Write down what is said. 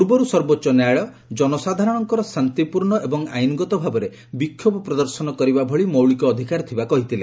ପୂର୍ବରୁ ସର୍ବୋଚ୍ଚ ନ୍ୟାୟାଳୟ ଜନସାଧାରଣଙ୍କର ଶାନ୍ତିପୂର୍ଣ୍ଣ ଏବଂ ଆଇନଗତ ଭାବରେ ବିକ୍ଷୋଭ ପ୍ରଦର୍ଶନ କରିବା ଭଳି ମୌଳିକ ଅଧିକାର ଥିବା କହିଥିଲେ